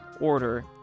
order